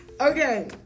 Okay